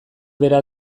bera